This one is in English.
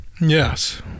Yes